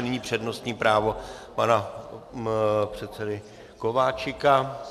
Nyní přednostní právo pana předsedy Kováčika.